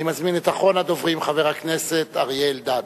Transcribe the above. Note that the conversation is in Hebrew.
אני מזמין את אחרון הדוברים, חבר הכנסת אריה אלדד.